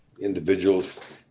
individuals